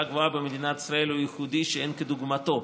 הגבוהה במדינת ישראל הוא ייחודי שאין כדוגמתו.